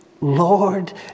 Lord